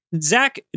Zach